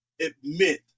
admit